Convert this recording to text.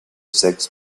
sex